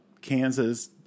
Kansas